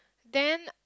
then